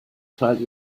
teil